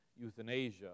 euthanasia